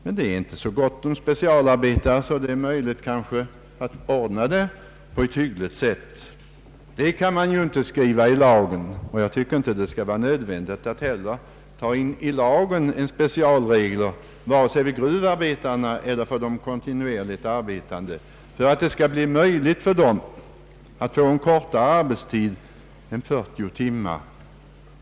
Men något sådant kan ju inte föreskrivas i lagen, och jag tycker inte heller det skulle vara nödvändigt att i lagen föra in specialregler vare sig det gäller gruvarbetare eller andra, för att för dem åstadkomma en kortare arbetstid än 40 timmar.